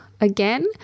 again